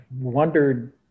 wondered